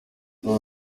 ubu